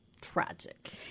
tragic